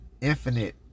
infinite